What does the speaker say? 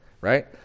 right